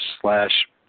slash